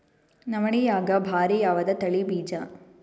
ನವಣಿಯಾಗ ಭಾರಿ ಯಾವದ ತಳಿ ಬೀಜ?